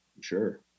sure